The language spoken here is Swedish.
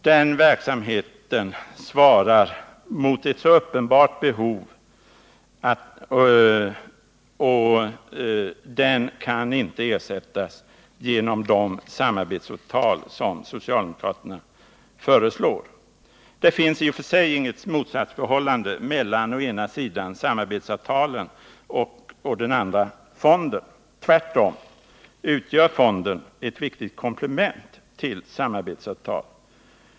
Den verksamheten, som svarar mot ett så uppenbart behov, kan inte ersättas genom de samarbetsavtal som socialdemokraterna föreslår. Det finns i och för sig inget motsatsförhållande mellan å ena sidan samarbetsavtal och å andra sidan fonden; tvärtom utgör fonden ett viktigt komplement till samarbetsavtal.